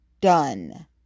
done